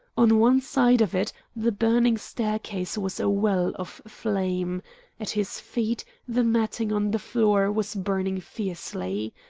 on one side of it the burning staircase was a well of flame at his feet, the matting on the floor was burning fiercely.